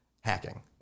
hacking